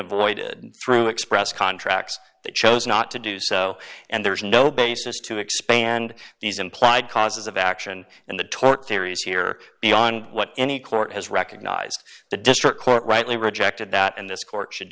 avoided through express contracts they chose not to do so and there's no basis to expand these implied causes of action in the tort theories here beyond what any court has recognized the district court rightly rejected that in this court should